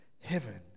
heaven